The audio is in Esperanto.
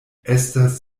estas